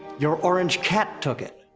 your orange cat took it!